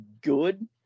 good